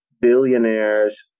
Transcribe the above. billionaires